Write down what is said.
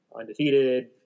undefeated